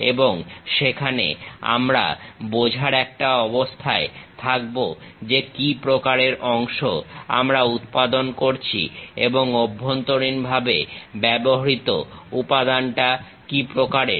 এবং সেখানে আমরা বোঝার একটা অবস্থায় থাকবো যে কি প্রকারের অংশ আমরা উৎপাদন করছি এবং অভ্যন্তরীণভাবে ব্যবহৃত উপাদানটা কি প্রকারের